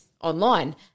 Online